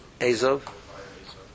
Azov